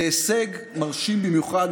זה הישג מרשים במיוחד,